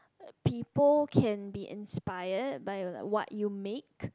a people can be inspired by your what you make